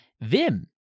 Vim